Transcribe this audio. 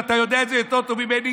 ואתה יודע את זה יותר טוב ממני,